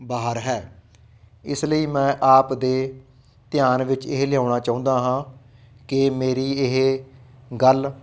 ਬਾਹਰ ਹੈ ਇਸ ਲਈ ਮੈਂ ਆਪ ਦੇ ਧਿਆਨ ਵਿੱਚ ਇਹ ਲਿਆਉਣਾ ਚਾਹੁੰਦਾ ਹਾਂ ਕਿ ਮੇਰੀ ਇਹ ਗੱਲ